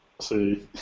see